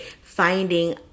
finding